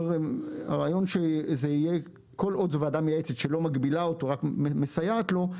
כל עוד זו ועדה מייעצת שלא מגבילה אותו אלא רק מסייעת לו,